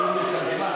גומרים לי את הזמן.